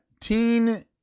teen